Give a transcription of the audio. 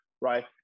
right